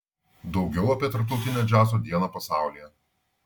daugiau apie tarptautinę džiazo dieną pasaulyje